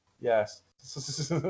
Yes